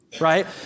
right